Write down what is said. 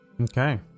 Okay